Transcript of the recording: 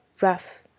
rough